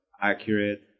accurate